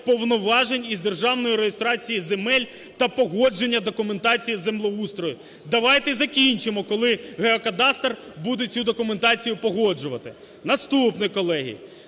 повноважень із державної реєстрації земель та погодження документації землеустрою. Давайте закінчимо, коли геокадастр буде цю документацію погоджувати. Наступне, колеги.